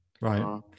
right